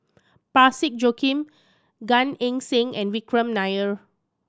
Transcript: Parsick Joaquim Gan Eng Seng and Vikram Nair